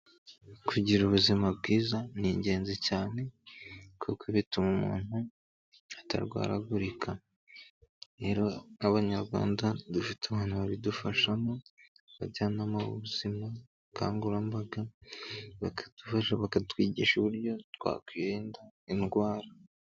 Kugira ubuzima bwiza n'ingenzi cyane kuko bituma umuntu atarwaragurika, rero nk'abanyarwanda dufite umuntu wabidufashamo; abajyanama b'ubuzima, abakangurambaga bakadufasha bakatwigisha uburyo twakwirinda indwara.